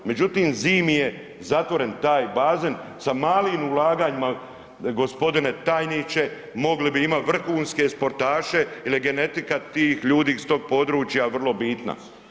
Međutim, zimi je zatvoren taj bazen, sa malim ulaganjima gospodine tajniče mogli bi imati vrhunske sportaše jer je genetika tih ljudi iz tog područja vrlo bitna.